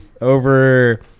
over